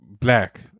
black